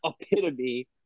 epitome